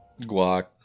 Guac